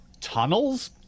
tunnels